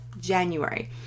January